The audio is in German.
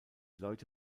leute